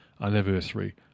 anniversary